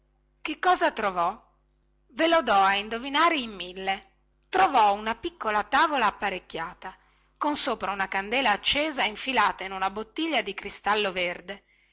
che cosa trovò ve lo do a indovinare in mille trovò una piccola tavola apparecchiata con sopra una candela accesa infilata in una bottiglia di cristallo verde